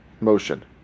motion